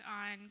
on